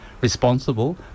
responsible